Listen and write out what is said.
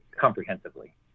comprehensively